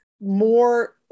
more